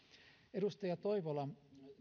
edustaja toivola